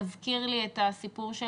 מזכיר לי את הסיפור,